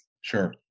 sure